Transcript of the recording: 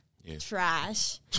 trash